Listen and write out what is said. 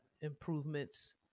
improvements